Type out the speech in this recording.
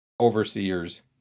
overseers